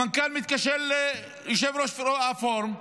המנכ"ל מתקשר ליושב-ראש הפורום,